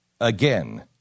again